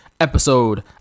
episode